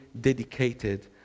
dedicated